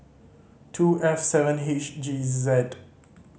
two F seven H G Z